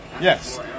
Yes